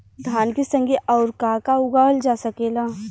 धान के संगे आऊर का का उगावल जा सकेला?